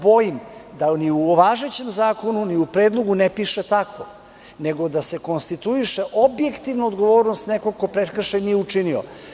Bojim se da ni u važećem zakonu, ni u Predlogu ne piše tako, nego da se konstituiše objektivna odgovornost nekog ko prekršaj nije učinio.